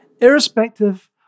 irrespective